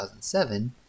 2007